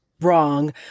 wrong